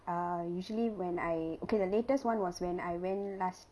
uh usually when I okay the latest [one] was when I when last